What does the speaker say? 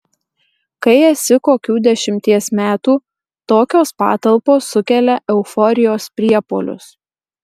kai esi kokių dešimties metų tokios patalpos sukelia euforijos priepuolius